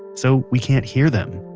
so we can't hear them.